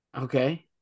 Okay